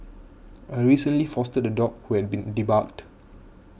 I recently fostered a dog who had been debarked